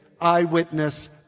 eyewitness